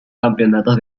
campeonatos